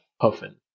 puffin